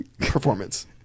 performance